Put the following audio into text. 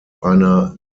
einer